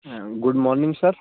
good morning sir